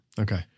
okay